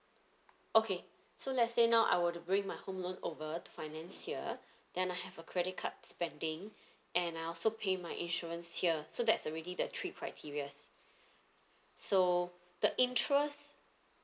okay so let's say now I were to bring my home loan over to finance here then I have a credit card spending and I also pay my insurance here so that's already the three criterias so the interest